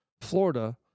Florida